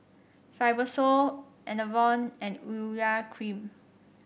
Fibrosol Enervon and Urea Cream